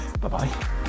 bye-bye